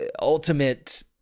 ultimate –